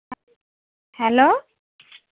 hello